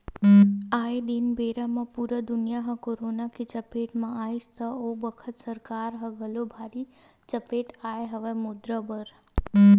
आये दिन बेरा म पुरा दुनिया ह करोना के चपेट म आइस त ओ बखत सरकार ल घलोक भारी चपेट आय हवय मुद्रा बर